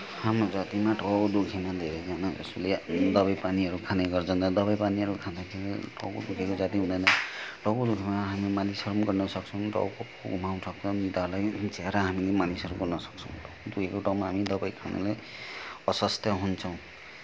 हाम्रो जातिमा टाउको दुख्यो भने धैरैजनाले दबाईपानीहरू खाने गर्छन् र दबाईपानीहरू खाँदाखेरि टाउको दुखेको जाती हुँदैन टाउको दुखेकोमा हामी मालिसहरू पनि गर्नसक्छौँ मिचेर हामी मालिसहरू